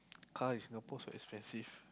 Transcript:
car in Singapore so expensive